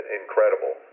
incredible